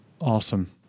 Awesome